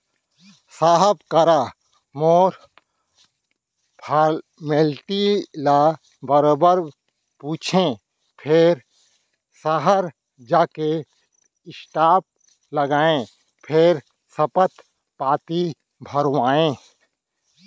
साहब करा मोर फारमेल्टी ल बरोबर पूछें फेर सहर जाके स्टांप लाएँ फेर सपथ पाती भरवाएंव